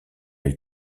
elle